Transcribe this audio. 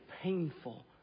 painful